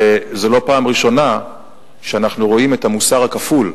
זו לא פעם ראשונה שאנחנו רואים את המוסר הכפול,